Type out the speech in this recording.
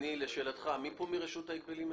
לשאלתך, מי פה מרשות ההגבלים העסקיים?